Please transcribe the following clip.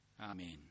Amen